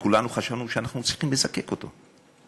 וכולנו חשבנו שאנחנו צריכים לזקק אותו.